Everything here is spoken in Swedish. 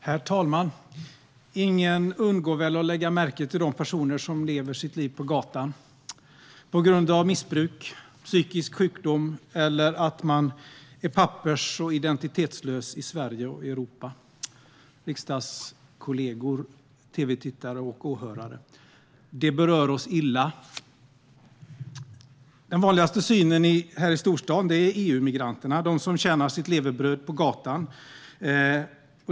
Herr talman! Ingen undgår väl att lägga märke till de personer som lever på gatan på grund av missbruk, psykisk sjukdom eller att de är pappers och identitetslösa i Sverige och Europa. Riksdagskollegor, tv-tittare och åhörare - det berör oss illa! Den vanligaste synen här i storstaden är EU-migranterna, som tjänar sitt levebröd på gatan.